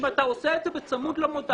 אם אתה עושה את זה בצמוד למודעה,